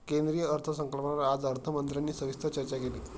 केंद्रीय अर्थसंकल्पावर आज अर्थमंत्र्यांनी सविस्तर चर्चा केली